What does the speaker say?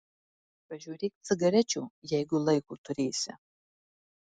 pažiūrėk cigarečių jeigu laiko turėsi